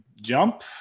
jump